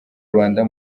rwanda